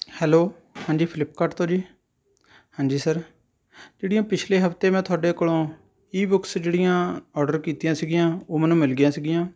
hello ਹਾਂਜੀ ਫਲਿੱਪਕਾਰਟ ਤੋਂ ਜੀ ਹਾਂਜੀ ਸਰ ਜਿਹੜੀਆਂ ਪਿਛਲੇ ਹਫ਼ਤੇ ਮੈਂ ਤੁਹਾਡੇ ਕੋਲੋਂ ਈ ਬੁਕਸ ਜਿਹੜੀਆਂ ਔਰਡਰ ਕੀਤੀਆਂ ਸੀਗੀਆਂ ਉਹ ਮੈਨੂੰ ਮਿਲ ਗਈਆਂ ਸੀਗੀਆਂ